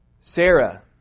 Sarah